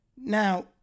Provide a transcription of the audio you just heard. Now